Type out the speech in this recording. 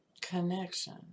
Connection